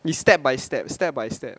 is step by step step by step